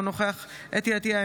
אינו נוכח חוה אתי עטייה,